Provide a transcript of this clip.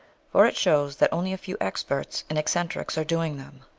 for it shows that only a few experts and eccentrics are doing them,